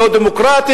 לא דמוקרטית,